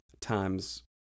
times